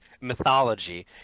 Mythology